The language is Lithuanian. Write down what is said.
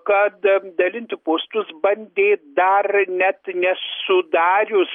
kad dalinti postus bandė dar net nesudarius